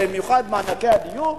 במיוחד מענקי הדיור,